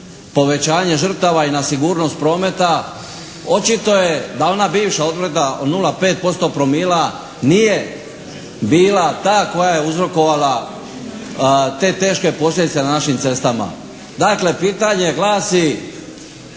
povećanje žrtava i na sigurnost prometa. Očito je da ona bivša odredba od 0,5% promila nije bila ta koja je uzrokovala te teške posljedice na našim cestama. Dakle, pitanje glasi